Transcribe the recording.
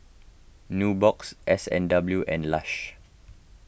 Nubox S and W and Lush